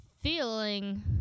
feeling